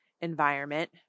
environment